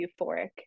euphoric